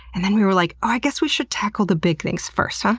and then we were like, i guess we should tackle the big things first, huh?